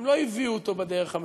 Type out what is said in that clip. הם לא הביאו אותו בדרך המקובלת,